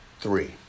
three